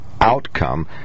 outcome